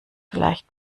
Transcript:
vielleicht